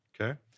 okay